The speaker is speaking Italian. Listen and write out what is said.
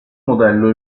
modello